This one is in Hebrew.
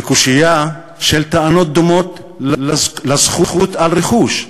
לקושיה של טענות דומות לזכות על רכוש.